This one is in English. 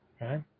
right